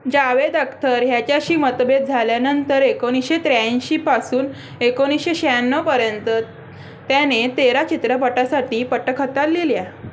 जावेद अख्तर ह्याच्याशी मतभेद झाल्यानंतर एकोणीसशे त्र्याऐंशीपासून एकोणीसशे शह्याण्णवपर्यंत त्याने तेरा चित्रपटासाठी पटकथा लिहिल्या